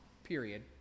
period